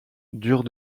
dure